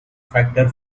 factor